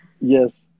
Yes